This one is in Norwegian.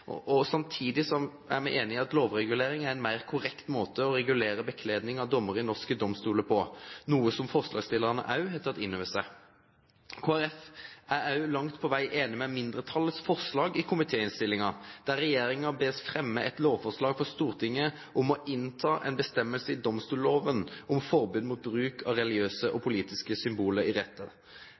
Domstoladministrasjonen. Samtidig er vi enig i at lovregulering er en mer korrekt måte å regulere bekledning av dommere i norske domstoler på, noe som forslagsstillerne også har tatt inn over seg. Kristelig Folkeparti er også langt på vei enig i mindretallets forslag i komitéinnstillingen, der regjeringen bes fremme et lovforslag for Stortinget om å innta en bestemmelse i domstolloven om forbud mot bruk av religiøse og politiske symboler i